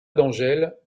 d’angèle